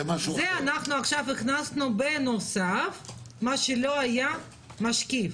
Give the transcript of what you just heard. את זה עכשיו הכנסנו בנוסף, מה שלא היה, משקיף.